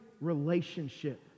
relationship